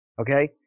Okay